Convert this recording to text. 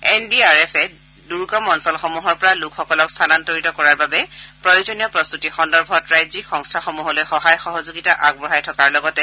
N D R F এ দুৰ্গম অঞ্চলসমূহৰ পৰা লোকসকলক স্থানান্তৰিত কৰাৰ বাবে প্ৰয়োজনীয় প্ৰস্ততি সন্দৰ্ভত ৰাজ্যিক সংস্থাসমূহলৈ সহায় সহযোগিতা আগবঢ়াই থকাৰ লগতে